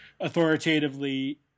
authoritatively